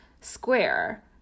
square